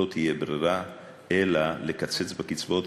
לא תהיה ברירה אלא לקצץ בקצבאות,